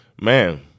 Man